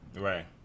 right